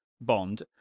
Bond